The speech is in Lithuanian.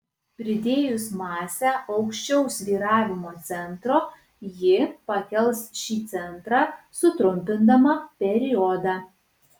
pridėjus masę aukščiau svyravimo centro ji pakels šį centrą sutrumpindama periodą